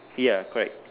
ya correct